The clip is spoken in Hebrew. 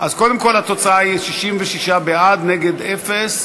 קודם כול, התוצאה היא 66 בעד, נגד, אפס.